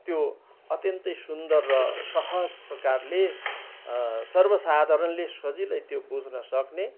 त्यो अत्यन्तै सुन्दर र सहज प्रकारले सर्वसाधारणले सजिलै त्यो बुझ्न सक्ने